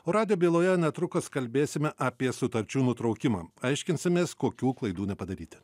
o radijo byloje netrukus kalbėsime apie sutarčių nutraukimą aiškinsimės kokių klaidų nepadaryti